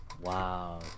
Wow